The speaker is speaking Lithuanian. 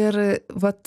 ir vat